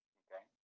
okay